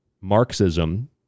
Marxism